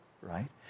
right